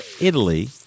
Italy